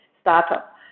startup